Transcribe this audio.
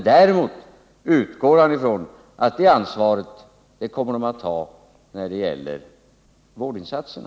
Däremot utgår han tydligen från att de kommer att ta sitt ansvar när det gäller vårdinsatserna.